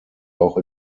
auch